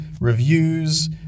reviews